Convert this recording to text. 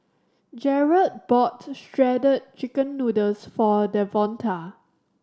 Jarett bought Shredded Chicken Noodles for Devonta